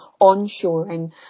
onshoring